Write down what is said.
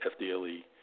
FDLE